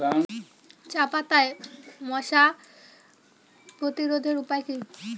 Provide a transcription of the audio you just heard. চাপাতায় মশা প্রতিরোধের উপায় কি?